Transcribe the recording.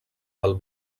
del